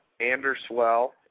Anderswell